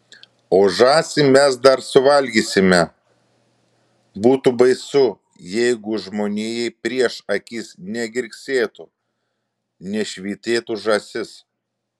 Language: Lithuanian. o žąsį mes dar suvalgysime būtų baisu jeigu žmonijai prieš akis negirgsėtų nešvytėtų žąsis